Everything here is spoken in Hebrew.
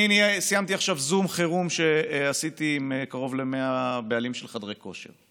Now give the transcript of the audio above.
סיימתי עכשיו זום חירום שעשיתי עם קרוב ל-100 בעלים של חדרי כושר.